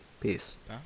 Peace